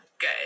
good